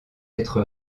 être